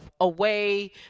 away